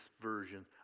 Version